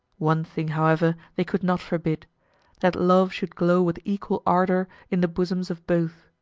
one thing, however, they could not forbid that love should glow with equal ardor in the bosoms of both.